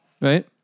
right